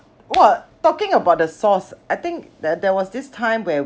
!wah! talking about the sauce I think that there was this time where